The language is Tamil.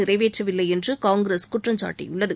நிறைவேற்றவில்லை என்று காங்கிரஸ் குற்றம் சாட்டியுள்ளது